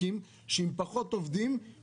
זה